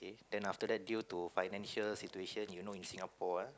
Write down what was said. then after that due to financial situation you know in Singapore ah